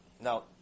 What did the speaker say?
Now